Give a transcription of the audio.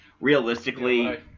realistically